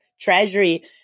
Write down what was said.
Treasury